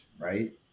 right